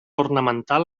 ornamental